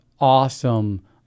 awesome